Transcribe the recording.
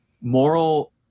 moral